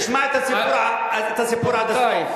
תשמע את הסיפור עד הסוף.